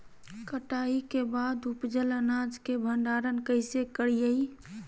कटाई के बाद उपजल अनाज के भंडारण कइसे करियई?